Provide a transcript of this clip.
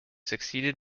succeeded